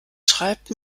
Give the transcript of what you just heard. schreibt